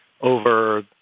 over